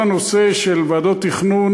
כל הנושא של ועדות תכנון,